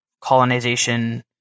colonization